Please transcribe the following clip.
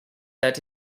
that